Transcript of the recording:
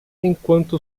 enquanto